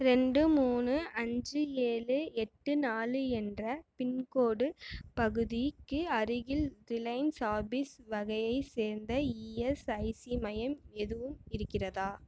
ரெண்டு மூணு அஞ்சு ஏழு எட்டு நாலு என்ற பின்கோடு பகுதிக்கு அருகில் ரிலயன்ஸ் ஆஃபீஸ் வகையை சேர்ந்த இஎஸ்ஐசி மையம் எதுவும் இருக்கிறதா